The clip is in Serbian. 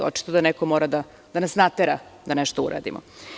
Očito je da neko mora da nas natera da nešto uradimo.